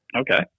Okay